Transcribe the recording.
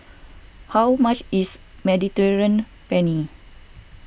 how much is Mediterranean Penne